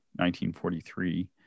1943